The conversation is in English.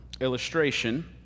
illustration